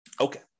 Okay